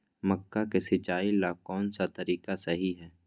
मक्का के सिचाई ला कौन सा तरीका सही है?